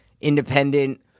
independent